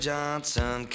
Johnson